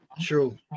true